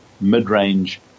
mid-range